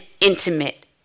intimate